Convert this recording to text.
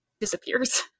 disappears